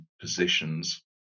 positions